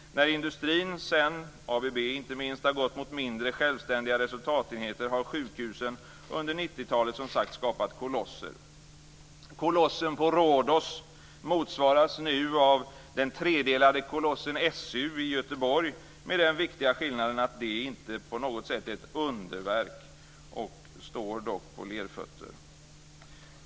När industrin sedan, ABB inte minst, har gått mot mindre, självständiga resultatenheter har sjukhusen under 90-talet som sagt skapat kolosser. Kolossen på Rhodos motsvaras nu av den tredelade kolossen SU i Göteborg, med den viktiga skillnaden att den inte på något sätt är ett underverk. Den står dock på lerfötter.